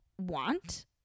want